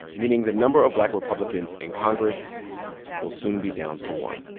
meaning the number of black republicans in congress will soon be down to one